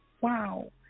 Wow